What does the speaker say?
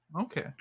Okay